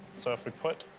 so if we put